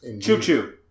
Choo-choo